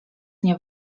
nie